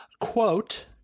Quote